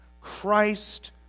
Christ